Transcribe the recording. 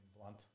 blunt